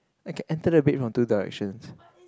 I can enter the bed from two directions